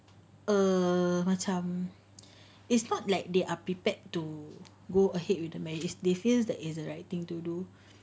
err macam it's not like they are prepared to go ahead with the marriage is they feels that is the right thing to do